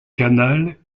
canal